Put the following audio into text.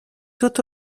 tout